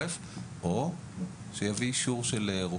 או שלא תתאפשר לו הצלילה באופן גורף,